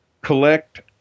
collect